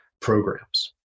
programs